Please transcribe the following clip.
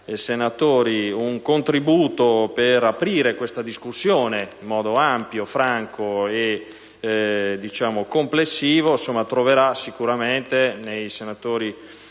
una collaborazione per aprire questa discussione in modo ampio, franco e complessivo, troverà sicuramente nei senatori